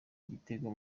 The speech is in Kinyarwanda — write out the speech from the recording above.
igitego